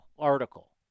article